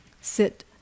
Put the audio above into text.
sit